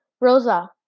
rosa